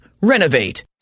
Renovate